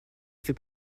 fait